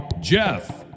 Jeff